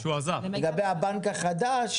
לגבי הבנק החדש